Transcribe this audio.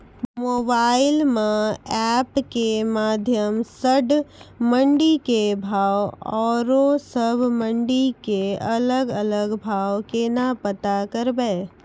Mobile म app के माध्यम सऽ मंडी के भाव औरो सब मंडी के अलग अलग भाव केना पता करबै?